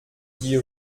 dix